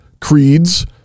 creeds